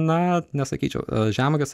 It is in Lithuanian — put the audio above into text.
na nesakyčiau žemuoges